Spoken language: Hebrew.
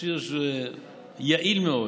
מכשיר יעיל מאוד,